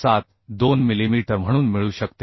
72 millimetre म्हणून मिळू शकते